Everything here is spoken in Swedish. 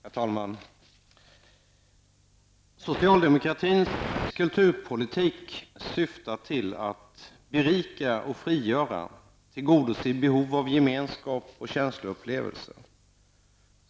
Herr talman! ''Socialdemokratins kulturpolitik syftar till att berika och frigöra, tillgodose behov av gemenskap åt känsloupplevelser.